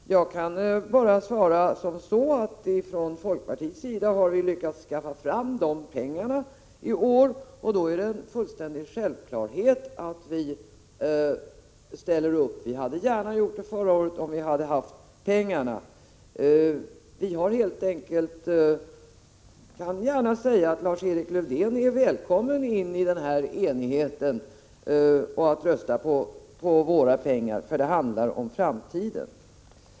Jag kan bara svara att folkpartiet har lyckats skaffa fram pengar i år, och då är det en fullständig självklarhet att vi ställer upp. Vi hade gärna gjort det förra året om vi hade haft pengarna. Lars-Erik Lövdén är välkommen in i enigheten och får gärna rösta på våra pengar, för det handlar om framtiden.